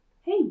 hey